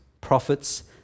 prophets